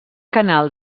canal